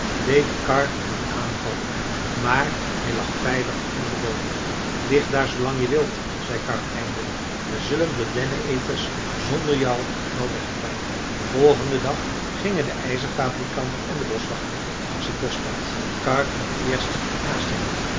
deed karr een aanval op hem maar hij lag veilig onder den boomwortel lig daar zoolang je wilt zei karr eindelijk wij zullen die denneneters zonder jou wel wegkrijgen den volgenden dag gingen de ijzerfabrikant en de boschwachter langs het boschpad karr liep eerst naast hen